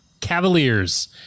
cavaliers